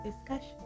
discussion